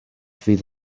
fydd